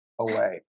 away